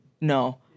No